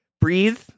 breathe